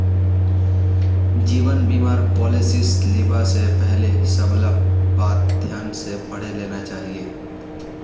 जीवन बीमार पॉलिसीस लिबा स पहले सबला बात ध्यान स पढ़े लेना चाहिए